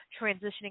transitioning